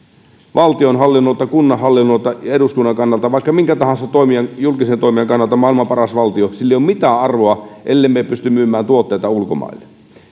valtionhallinnolta kunnanhallinnolta eduskunnan kannalta vaikka minkä tahansa julkisen toimijan kannalta maailman paras valtio sillä ei ole mitään arvoa ellemme me pysty myymään tuotteita ulkomaille